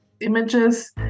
Images